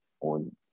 on